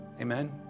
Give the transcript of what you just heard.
Amen